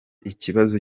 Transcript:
ikibazo